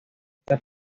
esta